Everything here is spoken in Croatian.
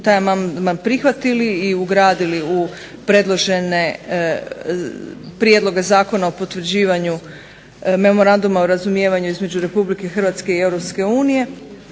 taj amandman prihvatili i ugradili u predložene prijedloge Zakona o potvrđivanju Memoranduma o razumijevanju između Republike Hrvatske i